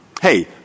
hey